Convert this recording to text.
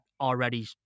already